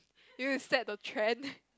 you would set the trend